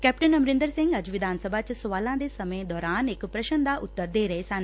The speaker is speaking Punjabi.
ਕੈਪਟਨ ਅਮਰਿੰਦਰ ਸਿੰਘ ਅੱਜ ਵਿਧਾਨ ਸਭਾ ਚ ਸਵਾਲਾਂ ਦੇ ਸਮੇਂ ਦੌਰਾਨ ਇਕ ਪ੍ਰਸ਼ਨ ਦਾ ਉੱਤਰ ਦੇ ਰਹੇ ਸਨ